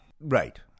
right